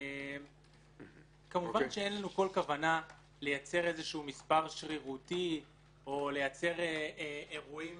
כמובן אין לנו כל כוונה לייצר מספר שרירותי או לייצר אירועים